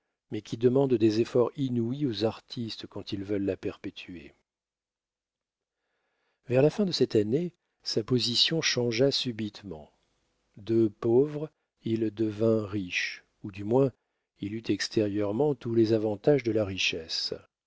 mais qui demande des efforts inouïs aux artistes quand ils veulent la perpétuer vers la fin de cette année sa position changea subitement de pauvre il devint riche ou du moins il eut extérieurement tous les avantages de la richesse